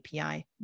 API